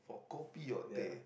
for kopi or teh